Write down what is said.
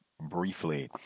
briefly